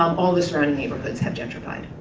um all the surrounding neighborhoods have gentrified.